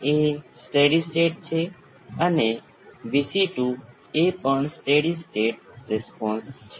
તેથી V c જે ઇન્ડક્ટરનો વોલ્ટેજ પણ છે તે ઇન્ડક્ટરના કરંટના સમયના વિકલનના L ગણા બરાબર છે